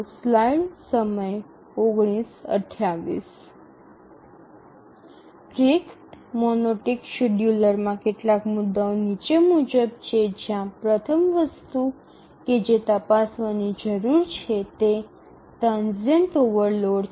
rate monotonic શેડ્યુલમાં કેટલાક મુદ્દાઓ નીચે મુજબ છે જ્યાં પ્રથમ વસ્તુ કે જે તપાસવાની જરૂર છે તે ટ્રાનઝિયન્ટ ઓવરલોડ છે